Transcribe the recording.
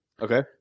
Okay